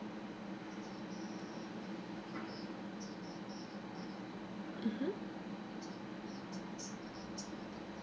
mmhmm